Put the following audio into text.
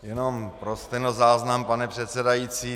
Jenom pro stenozáznam, pane předsedající.